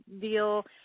deal